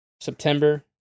September